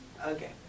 Okay